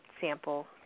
sample